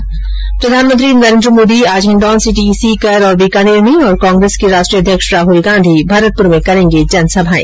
्र प्रधानमंत्री नरेन्द्र मोदी आज हिन्डौनसिटी सीकर और बीकानेर में और कांग्रेस के राष्ट्रीय अध्यक्ष राहल गांधी भरतपुर में करेंगे जनसभाएं